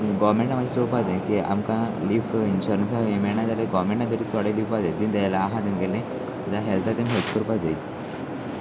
गोवमेंटान चोवपा जायी आमकां ललीफ इन्शरंन्सा मेळना जाल्यार गोवमेंटा जरी थोडे दिवपा जाय दीन दयाला तूं गेले जल्या ह हेल्थीन हॅल्प करपा जाय